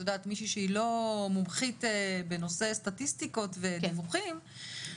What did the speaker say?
מישהי שהיא לא מומחית בנושא סטטיסטיקות ודיווחים,